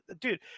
dude